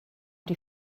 die